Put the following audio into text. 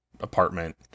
apartment